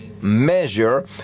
measure